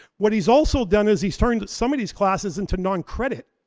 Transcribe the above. what he's also done is he's turning some of these classes into non-credit,